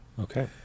Okay